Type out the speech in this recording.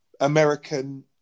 American